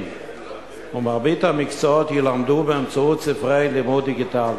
ומרבית המקצועות יילמדו באמצעות ספרי לימוד דיגיטליים.